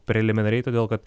preliminariai todėl kad